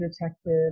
Detective